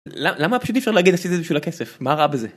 למה פשוט אי אפשר להגיד שזה בשביל הכסף, מה רע בזה.